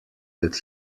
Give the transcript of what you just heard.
that